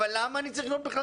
אבל למה אני צריך לקנות ספר?